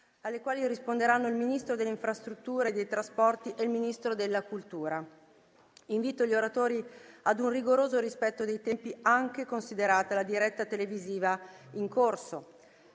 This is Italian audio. alle quali risponderanno il Ministro delle infrastrutture e dei trasporti e il Ministro della cultura. Invito gli oratori ad un rigoroso rispetto dei tempi, anche considerata la diretta televisiva in corso.